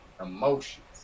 emotions